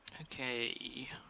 Okay